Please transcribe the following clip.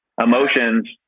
emotions